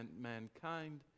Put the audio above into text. mankind